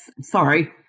sorry